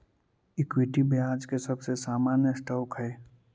equity ब्याज के सबसे सामान्य स्टॉक हई